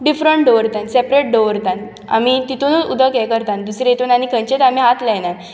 different दवरतां separate दवरता आमी तितुनूच उदक हें करतां दुसरें हितून आनी आमी खंयचेच हात लायना